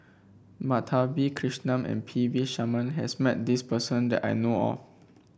Madhavi Krishnan and P V Sharma has met this person that I know of